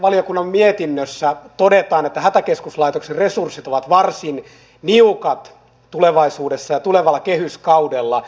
valtiovarainvaliokunnan mietinnössä todetaan että hätäkeskuslaitoksen resurssit ovat varsin niukat tulevaisuudessa ja tulevalla kehyskaudella